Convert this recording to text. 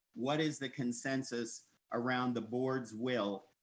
what is the consensus around the board's will,